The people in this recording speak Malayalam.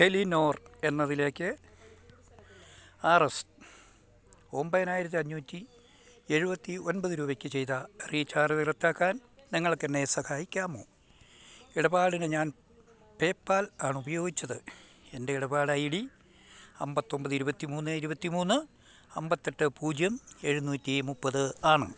ടെലിനോർ എന്നതിലേക്ക് ആര് എസ് ഒമ്പതിനായിരത്തി അഞ്ഞൂറ്റി എഴുപത്തിയൊന്പത് രൂപയ്ക്ക് ചെയ്ത റീചാർജ് റദ്ദാക്കാൻ നിങ്ങൾക്കെന്നെ സഹായിക്കാമോ ഇടപാടിന് ഞാൻ പേപാൽ ആണുപയോഗിച്ചത് എന്റെ ഇടപാട് ഐ ഡി അമ്പത്തിയൊമ്പത് ഇരുപത്തിമൂന്ന് ഇരുപത്തിമൂന്ന് അമ്പത്തിയെട്ട് പൂജ്യം എഴുന്നൂറ്റിമുപ്പത് ആണ്